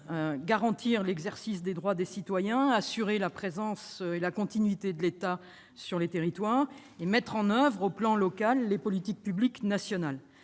: garantir l'exercice des droits des citoyens, assurer la présence et la continuité de l'État sur le territoire, mettre en oeuvre à l'échelon local les politiques publiques nationales.